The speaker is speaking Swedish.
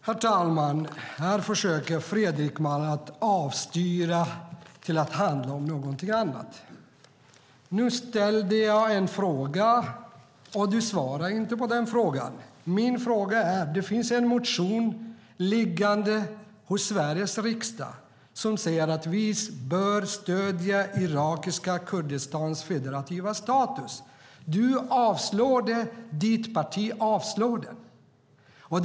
Herr talman! Här försöker Fredrik Malm styra debatten till att handla om någonting annat. Jag ställde en fråga, och du svarade inte på den frågan. Det finns en motion liggande hos Sveriges riksdag som säger att vi bör stödja irakiska Kurdistans federativa status. Du avstyrker den, och ditt parti avstyrker den.